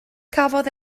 cafodd